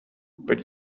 but